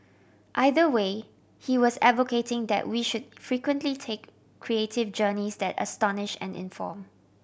either way he was advocating that we should frequently take creative journeys that astonish and inform